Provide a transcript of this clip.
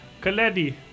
Kaledi